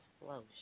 explosion